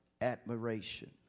admiration